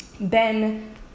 ben